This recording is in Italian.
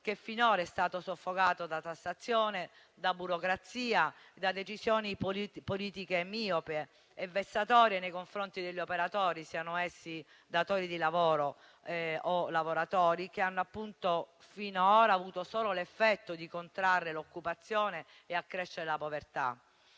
che finora è stato soffocato da tassazione, da burocrazia e da decisioni politiche miopi e vessatorie nei confronti degli operatori, siano essi datori di lavoro o lavoratori, che finora hanno avuto solo l'effetto di contrarre l'occupazione e accrescere la povertà.